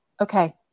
okay